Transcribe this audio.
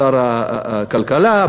שר הכלכלה,